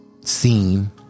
scene